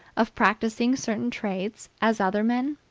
of practicing certain trades as other men?